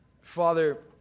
Father